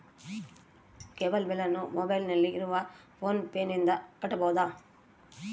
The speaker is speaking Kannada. ಕೇಬಲ್ ಬಿಲ್ಲನ್ನು ಮೊಬೈಲಿನಲ್ಲಿ ಇರುವ ಫೋನ್ ಪೇನಿಂದ ಕಟ್ಟಬಹುದಾ?